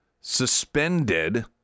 suspended